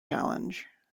challenge